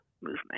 movement